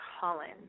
Colin